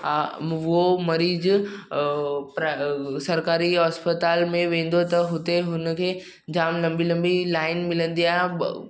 उहो मरीज़ु सरकारी अस्पताल में वेंदो त हूते उनखे जामु लंबी लंबी लाइन मिलंदी आहे